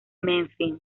memphis